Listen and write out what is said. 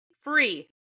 free